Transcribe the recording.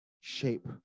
Shape